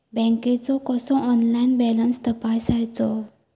बँकेचो कसो online balance तपासायचो?